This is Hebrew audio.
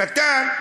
קטן,